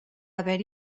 haver